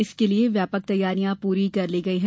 इसके लिए व्यापक तैयारियां पूरी कर ली गई है